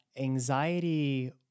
anxiety